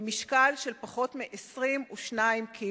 במשקל של פחות מ-22 קילו.